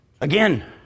Again